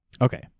Okay